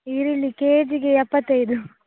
ಈರುಳ್ಳಿ ಕೆಜಿಗೆ ಎಪ್ಪತ್ತೈದು